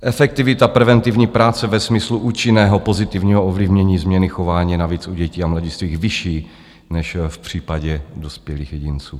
Efektivita preventivní práce ve smyslu účinného pozitivního ovlivnění změny chování je navíc u dětí a mladistvých vyšší než v případě dospělých jedinců.